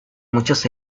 muchos